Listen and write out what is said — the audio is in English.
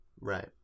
right